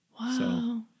Wow